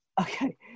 Okay